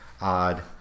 odd